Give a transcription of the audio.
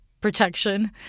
protection